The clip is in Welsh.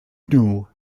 nhw